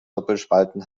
doppelspalten